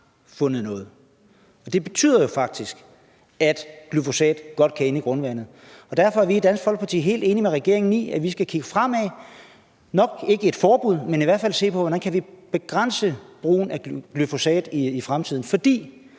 fundet noget, og det betyder jo faktisk, at glyfosat godt kan ende i grundvandet. Derfor er vi i Dansk Folkeparti helt enige med regeringen i, at vi skal kigge fremad, nok ikke mod et forbud, men vi skal i hvert fald se på, hvordan vi kan begrænse brugen af glyfosat i fremtiden. For